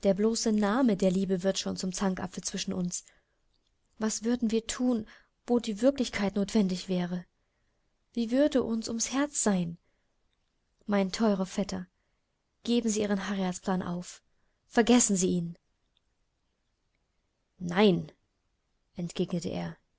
der bloße name der liebe wird schon zum zankapfel zwischen uns was würden wir thun wo die wirklichkeit notwendig wäre wie würde uns ums herz sein mein teurer vetter geben sie ihren heiratsplan auf vergessen sie ihn nein entgegnete er